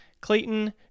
Clayton